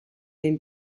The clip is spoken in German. den